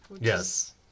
Yes